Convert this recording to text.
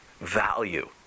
value